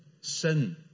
sin